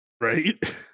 right